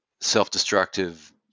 self-destructive